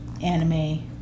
anime